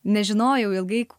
nežinojau ilgai